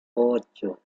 ocho